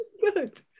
Good